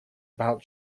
about